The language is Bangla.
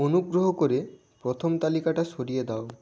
অনুগ্রহ করে প্রথম তালিকাটা সরিয়ে দাও